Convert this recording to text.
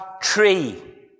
tree